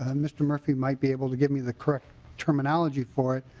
ah mr. murphy might be able to give me the correct terminology for it